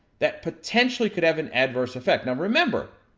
that potentially could have an adverse effect. now, remember,